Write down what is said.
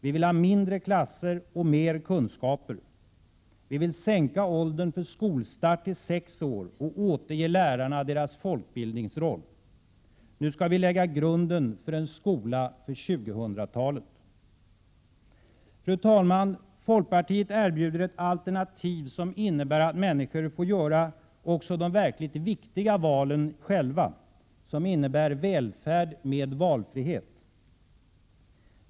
Vi vill ha mindre klasser och mer kunskaper. Vi vill sänka åldern för skolstart till sex år och återge lärarna deras folkbildarroll. Nu skall vi lägga grunden för en skola för 2000-talet. Fru talman! Folkpartiet erbjuder ett alternativ som innebär att människor får göra också de verkligt viktiga valen själva, som innebär välfärd med valfrihet.